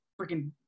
freaking